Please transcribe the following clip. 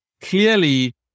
clearly